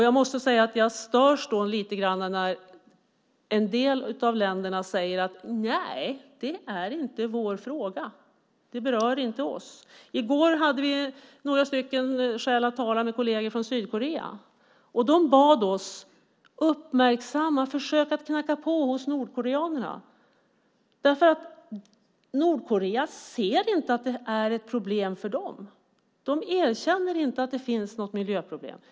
Jag måste säga att jag störs lite grann när en del av länderna säger: Nej, det är inte vår fråga. Det berör inte oss. I går hade vi, några stycken, skäl att tala med kolleger från Sydkorea. De bad oss att uppmärksamma försök att knacka på hos nordkoreanerna. Nordkorea anser inte att det är ett problem för dem. De erkänner inte att det finns något miljöproblem.